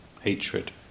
hatred